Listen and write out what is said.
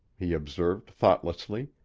he observed thoughtlessly.